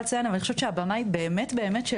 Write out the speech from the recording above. לציין אבל אני חושבת שהבמה באמת שלכם.